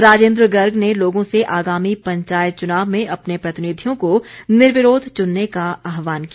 राजेंद्र गर्ग ने लोगों से आगामी पंचायत चुनाव में अपने प्रतिनिधियों को निर्विरोध चुनने का आहवान किया